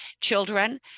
children